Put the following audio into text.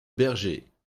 bergers